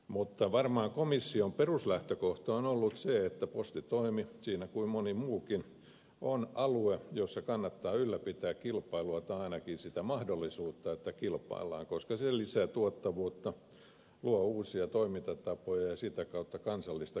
mutta varmaan komission peruslähtökohta on ollut se että postitoimi siinä kuin moni muukin on alue jossa kannattaa ylläpitää kilpailua tai ainakin sitä mahdollisuutta että kilpaillaan koska se lisää tuottavuutta luo uusia toimintatapoja ja sitä kautta kansallista kilpailukykyäkin